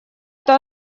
это